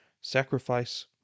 sacrifice